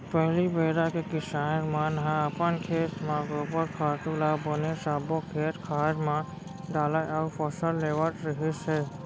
पहिली बेरा के किसान मन ह अपन खेत म गोबर खातू ल बने सब्बो खेत खार म डालय अउ फसल लेवत रिहिस हे